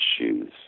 shoes